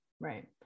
right